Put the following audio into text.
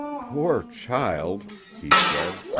poor child! he said.